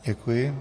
Děkuji.